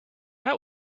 that